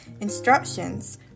instructions